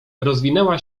rozwinęła